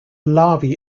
larvae